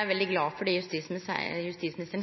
er veldig glad for det som justisministeren